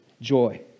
joy